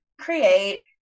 create